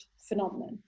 phenomenon